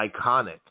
iconic